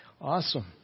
Awesome